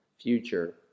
future